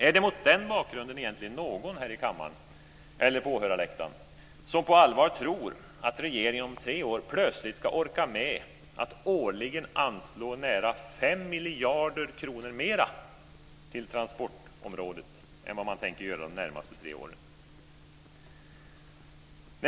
Är det mot den bakgrunden egentligen någon här i kammaren - eller på åhörarläktaren - som på allvar tror att regeringen om tre år plötsligt ska orka med att årligen anslå nära 5 miljarder kronor mera till transportområdet än vad man tänker göra de närmaste tre åren?